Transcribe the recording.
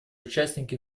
участники